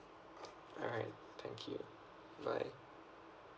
alright thank you bye